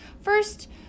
First